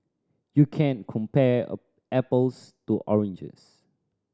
you can't compare a apples to oranges